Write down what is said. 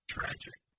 Tragic